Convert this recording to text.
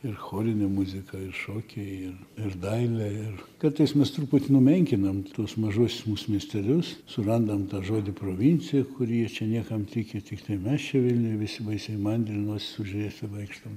ir chorinė muzika ir šokiai ir ir dailė ir kartais mes truputį numenkinam tuos mažuosius mūsų miestelius surandam tą žodį provincija kur jie čia niekam tikę tiktai mes čia vilniuj visi baisiai mandri nosis užrietę vaikštom